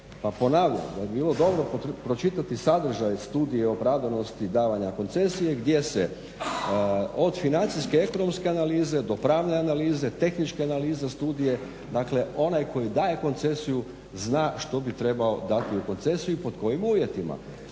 ponavljam da bi bilo dobro pročitati sadržaj studije opravdanosti davanja koncesije gdje se od financijske, ekonomske analize, do pravne analize, tehničke analize studije dakle onaj koji daje koncesiju zna što bi trebao dati u koncesiju i pod kojim uvjetima.